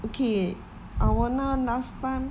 okay awana last time